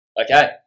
Okay